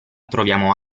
troviamo